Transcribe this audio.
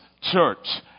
church